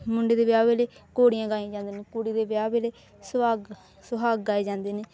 ਮੁੰਡੇ ਦੇ ਵਿਆਹ ਵੇਲੇ ਘੋੜੀਆਂ ਗਾਈਆਂ ਜਾਂਦੀਆਂ ਨੇ ਕੁੜੀ ਦੇ ਵਿਆਹ ਵੇਲੇ ਸੁਹਾਗ ਸੁਹਾਗ ਗਾਏ ਜਾਂਦੇ ਨੇ